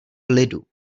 lidu